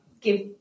give